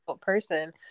person